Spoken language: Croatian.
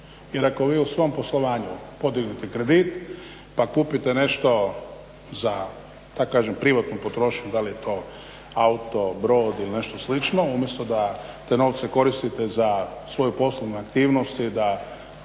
Jer ako vi u svom poslovanju podignete kredit pa kupite nešto za tako da kažem privatnu potrošnju, da li je to auto, brod ili nešto slično, umjesto da te novce koristite za svoju poslovnu aktivnost i da